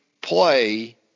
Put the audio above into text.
play